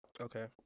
okay